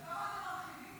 אדוני היושב-ראש,